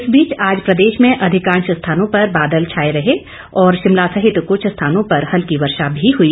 इस बीच आज प्रदेश में अधिकांश स्थानों पर बादल छाए हुए हैं और शिमला सहित कुछ स्थानों पर हल्की वर्षा भी हुई